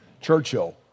Churchill